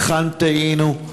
היכן טעינו,